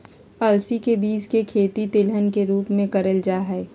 अलसी के बीज के खेती तेलहन के रूप मे करल जा हई